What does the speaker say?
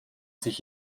sich